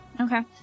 Okay